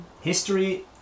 History